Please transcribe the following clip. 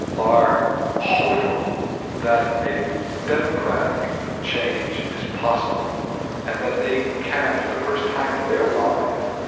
are hopeful that a democratic change is possible and that they can, for the first time in their lives,